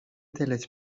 دلت